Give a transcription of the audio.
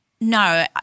No